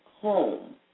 home